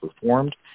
performed